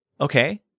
okay